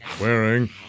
wearing